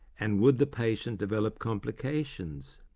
and would the patient develop complications?